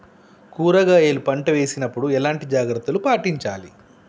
కూరగాయల పంట వేసినప్పుడు ఎలాంటి జాగ్రత్తలు పాటించాలి?